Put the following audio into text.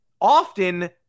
often